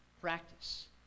practice